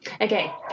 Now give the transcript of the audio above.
Okay